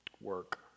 work